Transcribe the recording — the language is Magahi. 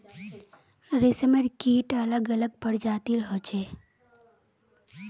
रेशमेर कीट अलग अलग प्रजातिर होचे